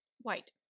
White